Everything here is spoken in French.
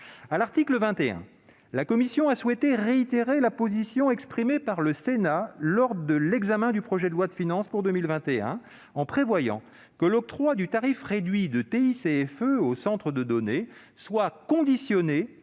À l'article 21, la commission a souhaité réitérer la position exprimée par le Sénat lors de l'examen du projet de loi de finances pour 2021, en prévoyant que l'octroi du tarif réduit de taxe intérieure sur la consommation